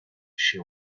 she